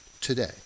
Today